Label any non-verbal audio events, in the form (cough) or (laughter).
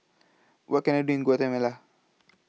What Can I Do in Guatemala (noise)